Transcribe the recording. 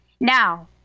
Now